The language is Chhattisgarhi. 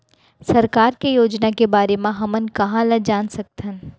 सरकार के योजना के बारे म हमन कहाँ ल जान सकथन?